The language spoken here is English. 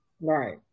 Right